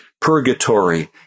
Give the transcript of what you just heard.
Purgatory